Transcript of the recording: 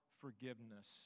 forgiveness